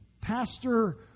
Pastor